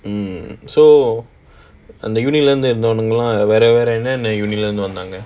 mm so என்ன என்ன:enna enna uni lah இருந்து வந்தாங்க:irunthu wanthaanga